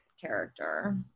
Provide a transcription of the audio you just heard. character